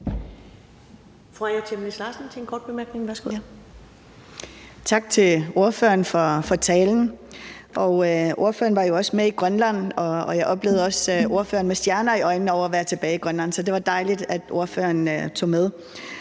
Tak til ordføreren for talen. Ordføreren var jo også med i Grønland, og jeg oplevede også, at ordføreren havde stjerner i øjnene over at være tilbage i Grønland, så det var dejligt, at ordføreren tog med.